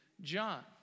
John